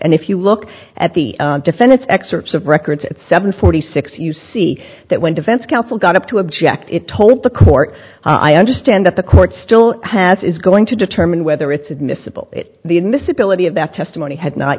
and if you look at the defendant's excerpts of records at seven forty six you see that when defense counsel got up to object it told the court i understand that the court still has is going to determine whether it's admissible the admissibility of that testimony has not